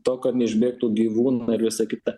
to kad neišbėgtų gyvūnai ir visa kita